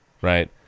right